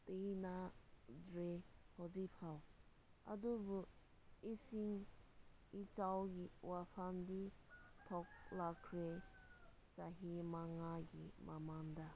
ꯍꯧꯖꯤꯛꯐꯥꯎ ꯑꯗꯨꯕꯨ ꯏꯁꯤꯡ ꯏꯆꯥꯎꯒꯤ ꯋꯥꯐꯝꯗꯤ ꯊꯣꯛꯂꯛꯈ꯭ꯔꯦ ꯆꯍꯤ ꯃꯉꯥꯒꯤ ꯃꯃꯥꯡꯗ